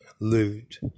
loot